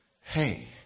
hey